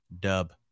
Dub